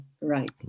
right